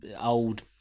old